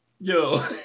Yo